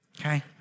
Okay